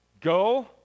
Go